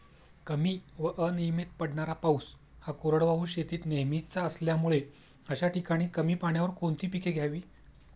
कमी व अनियमित पडणारा पाऊस हा कोरडवाहू शेतीत नेहमीचा असल्यामुळे अशा ठिकाणी कमी पाण्यावर कोणती पिके घ्यावी?